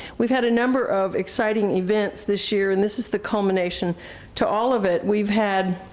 we've had a number of exciting events this year, and this is the culmination to all of it. we've had